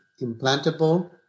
implantable